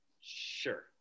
sure